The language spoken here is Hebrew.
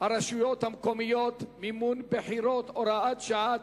הרשויות המקומיות (מימון בחירות) (הוראת שעה),